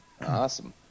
Awesome